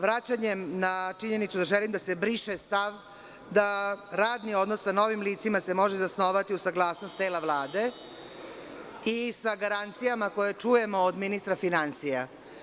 Vraćanjem na činjenicu da želim da se briše stav da radni odnos sa novim licima se može zasnovati u saglasnost tela Vlade i sa garancijama koje čujemo od ministra finansija.